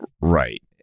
right